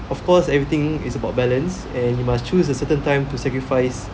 of course everything is about balance and you must choose a certain time to sacrifice